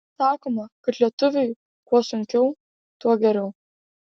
sakoma kad lietuviui kuo sunkiau tuo geriau